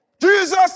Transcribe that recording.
Jesus